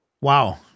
Wow